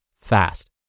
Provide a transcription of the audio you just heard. fast